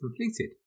completed